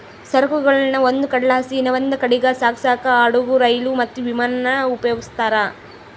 ಸರಕುಗುಳ್ನ ಒಂದು ಕಡೆಲಾಸಿ ಇನವಂದ್ ಕಡೀಗ್ ಸಾಗ್ಸಾಕ ಹಡುಗು, ರೈಲು, ಮತ್ತೆ ವಿಮಾನಾನ ಉಪಯೋಗಿಸ್ತಾರ